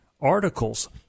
articles